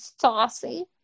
saucy